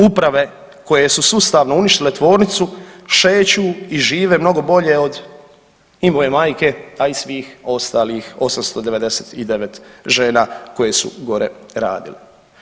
Uprave koje su sustavno uništile tvornicu šeću i žive mnogo bolje i moje majke, a i svih ostalih 899 žena koje su gore radile.